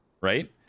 right